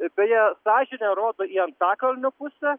beje sąžinė rodo į antakalnio pusę